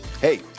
Hey